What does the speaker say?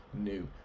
new